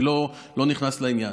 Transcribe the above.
אני לא נכנס לעניין.